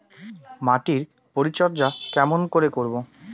মাটির পরিচর্যা কেমন করে করব?